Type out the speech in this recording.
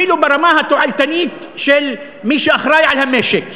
אפילו ברמה התועלתנית של מי שאחראי למשק,